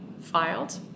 filed